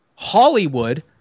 Hollywood